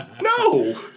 no